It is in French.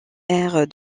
aire